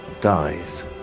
dies